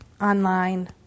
online